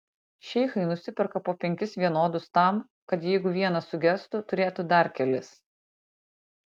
šeichai nusiperka po penkis vienodus tam kad jeigu vienas sugestų turėtų dar kelis